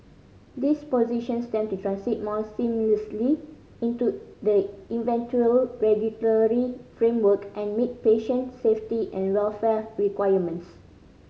this positions them to transit more seamlessly into the eventual regulatory framework and meet patient safety and welfare requirements